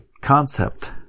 concept